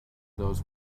those